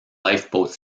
lifeboat